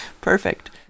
Perfect